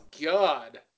God